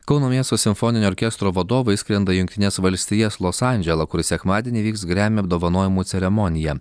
kauno miesto simfoninio orkestro vadovai skrenda į jungtines valstijas los andželą kur sekmadienį vyks grammy apdovanojimų ceremonija